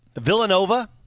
Villanova